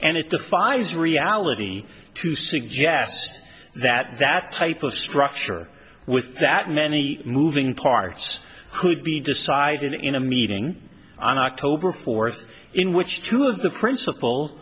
and it defies reality to suggest that that type of structure with that many moving parts could be decided in a meeting on october fourth in which two of the principal